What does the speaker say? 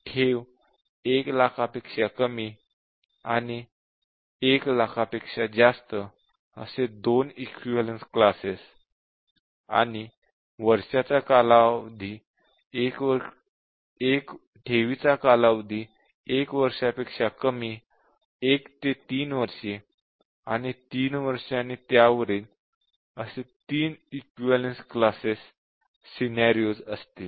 ठेव १ लाखापेक्षा कमी आणि १ लाखापेक्षा जास्त असे २ इक्विवलेन्स क्लासेस आणि वर्षाचा कालावधीचे 1 वर्षापेक्षा कमी 1 ते 3 वर्ष आणि 3 वर्ष आणि त्यावरील असे ३ इक्विवलेन्स क्लासेस सिनॅरिओ होतील